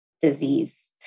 disease